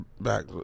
back